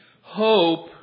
Hope